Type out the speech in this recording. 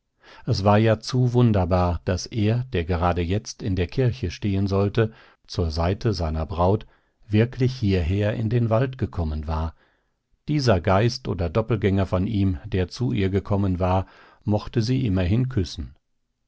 es war ja zu wunderbar daß er der gerade jetzt in der kirche stehen sollte zur seite seiner braut wirklich hierher in den wald gekommen war dieser geist oder doppelgänger von ihm der zu ihr gekommen war mochte sie immerhin küssen